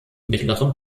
mittleren